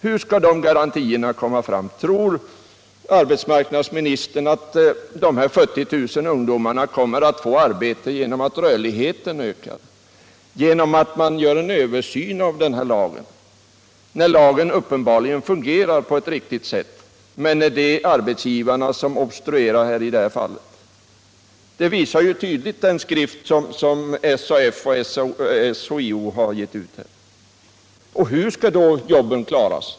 Hur skall de garantierna komma fram? Tror arbetsmarknadsministern att de 70 000 ungdomarna kommer att få arbete genom att rörligheten ökar, genom att man gör en översyn av lagen, när lagen uppenbarligen fungerar på ett riktigt sätt? Det är arbetsgivarna som obstruerar i det fallet — det visar ju tydligt den skrift som SAF och SHIO har gett ut. Och hur skall då jobben klaras?